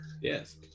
Yes